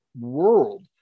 world